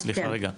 מור, סליחה רגע.